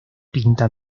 pinta